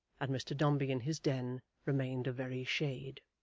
and mr dombey in his den remained a very shade.